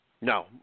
No